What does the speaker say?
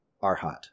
Arhat